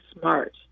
smart